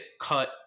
cut